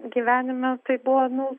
gyvenime tai buvo nu